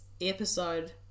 episode